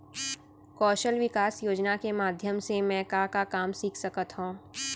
कौशल विकास योजना के माधयम से मैं का का काम सीख सकत हव?